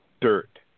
Dirt